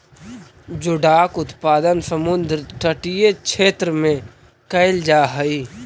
जोडाक उत्पादन समुद्र तटीय क्षेत्र में कैल जा हइ